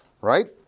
right